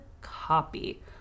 copy